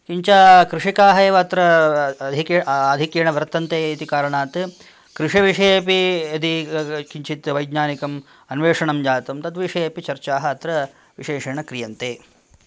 किञ्च कृषिकाः एव अत्र अधिक् आधिक्येन वर्तन्ते इति कारणात् कृषिविषयेपि यदि किञ्चित् वैज्ञानिकम् अन्वेषणं जातं तद्विषये अपि चर्चाः अत्र विशेषेण क्रियन्ते